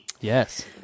Yes